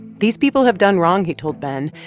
these people have done wrong, he told ben,